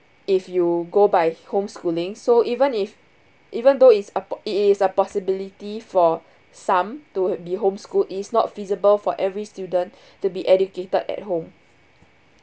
if you go by homeschooling so even if even though it's a po~ it is a possibility for some to be home schooled it's not feasible for every student to be educated at home